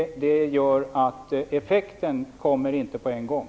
Det gör att effekten inte kommer på en gång.